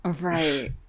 Right